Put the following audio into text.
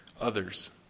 others